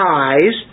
eyes